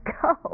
go